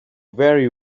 very